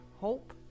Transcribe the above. hope